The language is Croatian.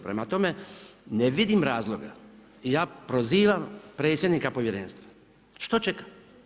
Prema tome, ne vidim razloga i ja prozivam predsjednika povjerenstva što čeka.